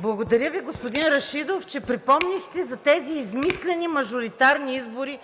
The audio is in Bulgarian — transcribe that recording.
Благодаря Ви, господин Рашидов, че припомнихте за тези измислени мажоритарни избори,